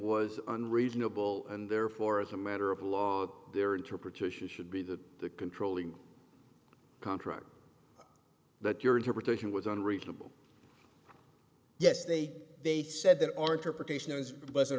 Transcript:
was unreasonable and therefore as a matter of law their interpretation should be that the controlling contract that your interpretation was unreasonable yes they they said that